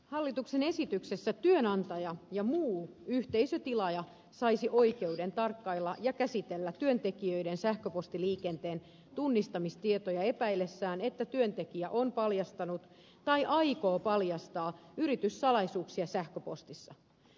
hallituksen esityksessä työnantaja ja muu yhteisötilaaja saisi oikeuden tarkkailla ja käsitellä työntekijöiden sähköpostiliikenteen tunnistamistietoja epäillessään että työntekijä on paljastanut tai aikoo paljastaa yrityssalaisuuksia sähköpostissa